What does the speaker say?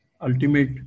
ultimate